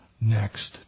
next